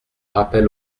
rappel